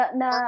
na